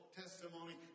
testimony